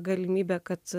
galimybė kad